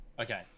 Okay